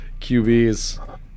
QBs